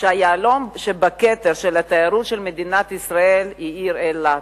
שהיהלום שבכתר של התיירות של מדינת ישראל הוא העיר אילת?